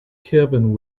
kevin